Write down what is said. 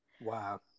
Wow